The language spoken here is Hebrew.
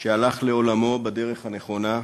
שהלך לעולמו בדרך הנכונה,